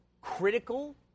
critical